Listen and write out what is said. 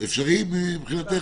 זה אפשרי מבחינתך?